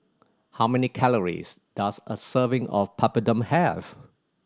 how many calories does a serving of Papadum have